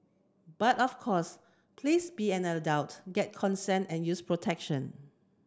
but of course please be an adult get consent and use protection